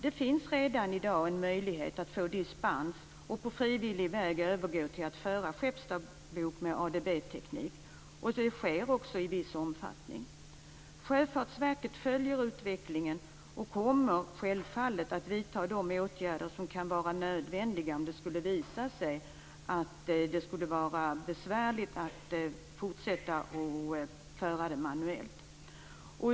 Det finns redan i dag en möjlighet att få dispens för att på frivillig väg övergå till att föra skeppsdagbok med ADB-teknik. Så sker också i viss omfattning. Sjöfartsverket följer utvecklingen och kommer självfallet att vidta de åtgärder som kan vara nödvändiga, om det skulle visa sig vara besvärligt att fortsätta att föra skeppsdagbok manuellt.